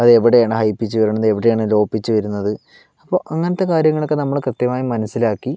അതെവിടെയാണ് high pitch വരുന്നത് എവിടെയാണ് ലോ പിച്ച് വരുന്നത് അപ്പോൾ അങ്ങനത്തെ കാര്യങ്ങളൊക്കെ നമ്മള് കൃത്യമായി മനസിലാക്കി